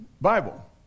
Bible